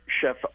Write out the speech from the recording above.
chef